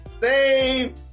Save